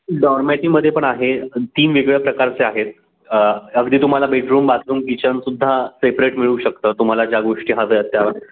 डॉर्मॅटीमध्ये पण आहे तीन वेगळ्या प्रकारचे आहेत अगदी तुम्हाला बेडरूम बाथरूम किचन सुद्धा सेपरेट मिळू शकतं तुम्हाला ज्या गोष्टी हव्यात त्या